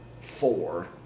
four